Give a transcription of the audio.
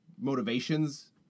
motivations